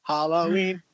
Halloween